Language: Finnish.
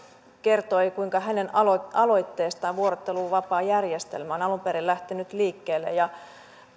kertoi kuinka hänen aloitteestaan vuorotteluvapaajärjestelmä on alun perin lähtenyt liikkeelle